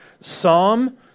Psalm